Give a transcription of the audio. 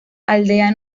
aldea